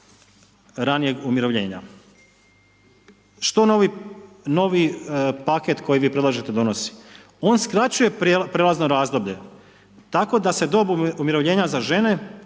ranijeg umirovljenja. Što novi paket koji vi predlažete donosi? On skraćuje prijelazno razdoblje tako da se dob umirovljenja za žene